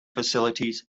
facilities